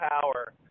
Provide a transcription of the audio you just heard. power